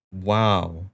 wow